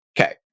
Okay